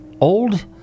old